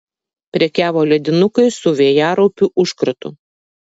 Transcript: prekiavo ledinukais su vėjaraupių užkratu